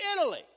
Italy